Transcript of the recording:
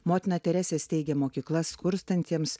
motina teresė steigė mokyklas skurstantiems